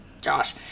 Josh